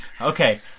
Okay